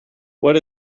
what